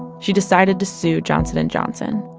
she decided to sue johnson and johnson.